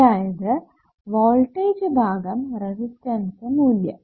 അതായതു വോൾടേജ് ഭാഗം റെസിസ്റ്റൻസ് മൂല്യം